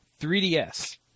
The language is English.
3DS